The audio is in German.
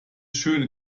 schön